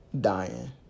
dying